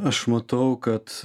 aš matau kad